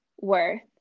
worth